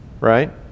right